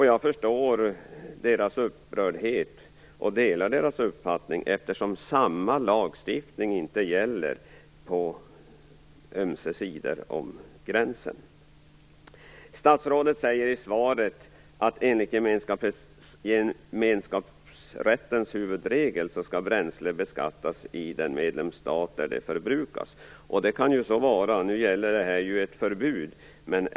Jag förstår deras upprördhet och delar deras uppfattning, eftersom samma lagstiftning inte gäller på ömse sidor om gränsen. Statsrådet säger i svaret att enligt gemenskapsrättens huvudregel skall bränsle beskattas i den medlemsstat där det förbrukas. Det kan så vara, men detta gäller nu ett förbud.